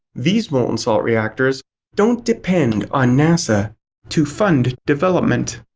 these molten salt reactors don't depend on nasa to fund development.